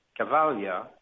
Cavalia